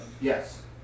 Yes